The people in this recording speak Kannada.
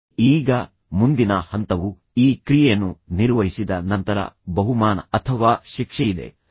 ಈಗ ಮುಂದಿನ ಹಂತವು ಈ ಕ್ರಿಯೆಯನ್ನು ನಿರ್ವಹಿಸಿದ ನಂತರ ಬಹುಮಾನ ಅಥವಾ ಶಿಕ್ಷೆಯಿದೆ ಸರಿ